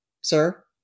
Sir